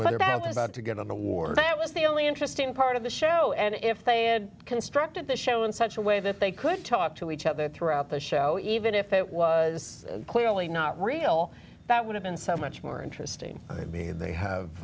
doubt about to get an award that was the only interesting part of the show and if they had constructed the show in such a way that they could talk to each other throughout the show even if it was clearly not really well that would have been so much more interesting would be they have